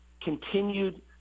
continued